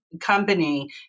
company